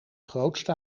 grootste